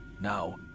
Now